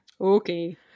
Okay